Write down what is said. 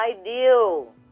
ideal